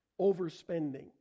overspending